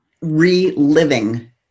reliving